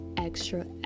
extra